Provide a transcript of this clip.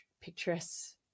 picturesque